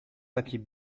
papier